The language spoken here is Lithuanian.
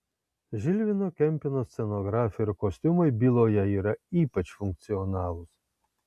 žilvino kempino scenografija ir kostiumai byloje yra ypač funkcionalūs